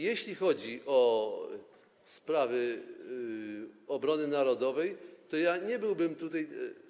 Jeśli chodzi o sprawy obrony narodowej, to nie byłbym tutaj.